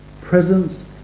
presence